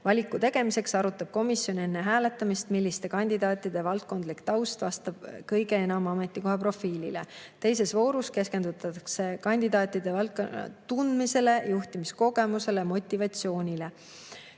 Valiku tegemiseks arutab komisjon enne hääletamist, milliste kandidaatide valdkondlik taust vastab kõige enam ametikoha profiilile. Teises voorus keskendutakse kandidaatide valdkonnatundmisele, juhtimiskogemusele ja motivatsioonile.